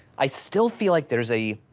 i still feel like there's a